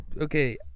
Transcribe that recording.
okay